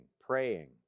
praying